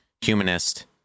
humanist